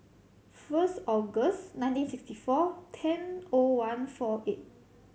first August ninnteen sixty four ten O one four eight